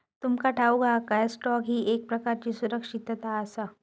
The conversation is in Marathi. तुमका ठाऊक हा काय, स्टॉक ही एक प्रकारची सुरक्षितता आसा?